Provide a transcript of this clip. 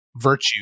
virtue